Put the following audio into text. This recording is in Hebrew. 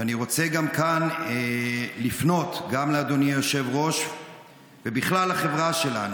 ואני רוצה גם כאן לפנות גם לאדוני היושב-ראש ובכלל לחברה שלנו.